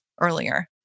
earlier